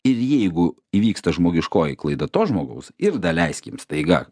ir jeigu įvyksta žmogiškoji klaida to žmogaus ir daleiskim staiga